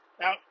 Now